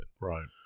Right